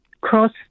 cross